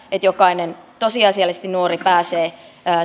jokainen nuori pääsee